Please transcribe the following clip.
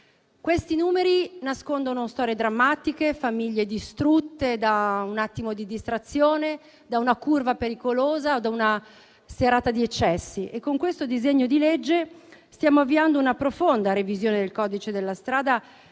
Questi numeri nascondono storie drammatiche: famiglie distrutte da un attimo di distrazione, da una curva pericolosa o da una serata di eccessi. Con questo disegno di legge stiamo avviando una profonda revisione del codice della strada,